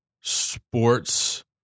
sports